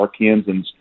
Arkansans